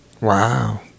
Wow